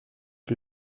que